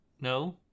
No